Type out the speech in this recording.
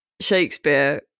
Shakespeare